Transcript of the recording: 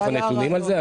יש לך נתונים על זה?